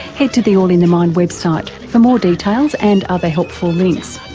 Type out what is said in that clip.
head to the all in the mind website for more details and other helpful links.